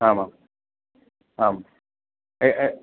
आमाम् आम् एय् एय्